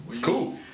Cool